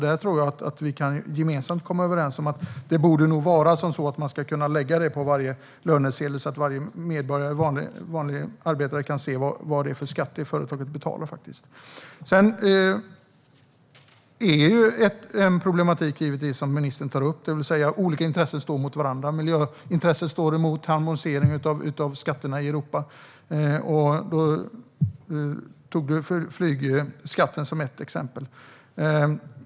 Där tror jag att vi gemensamt kan komma överens om att man skulle kunna lägga den informationen på varje lönesedel så att varje vanlig arbetare kan se vad det är för skatt som företaget faktiskt betalar. Ett problem är det som ministern tar upp, det vill säga att olika intressen står mot varandra. Miljöintresset står mot harmonisering av skatterna i Europa, och ministern tog flygskatten som ett exempel.